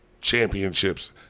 championships